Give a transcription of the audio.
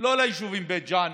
לא ליישובים בית ג'ן,